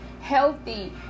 healthy